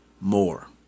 more